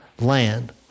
land